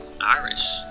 Irish